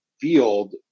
field